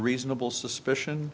reasonable suspicion